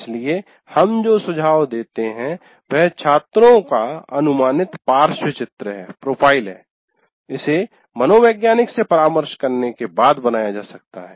इसलिए हम जो सुझाव देते हैं वह छात्रों का अनुमानित पार्श्वचित्र प्रोफ़ाइल है इसे मनोवैज्ञानिक से परामर्श करने के बाद बनाया जा सकता है